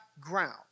ground